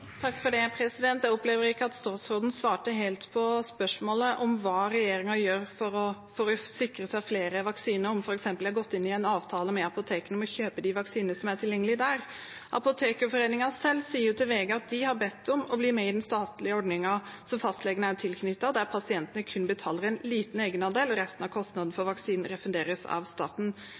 Jeg opplever ikke at statsråden svarte helt på spørsmålet om hva regjeringen gjør for å sikre seg flere vaksiner – om de f.eks. har inngått en avtale med apotekene om å kjøpe de vaksinene som er tilgjengelige der. Apotekerforeningen selv sier til VG at de har bedt om å bli med i den statlige ordningen som fastlegene er tilknyttet, der pasientene kun betaler en liten egenandel og resten av kostnadene for vaksinen refunderes av staten.